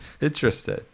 Interesting